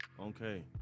okay